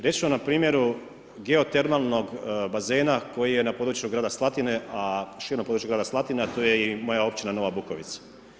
Reći ću vam na primjeru geotermalnog bazena koji je na području grada Slatine, širom području grada Slatine a to je i moja Općina Nova Bukovica.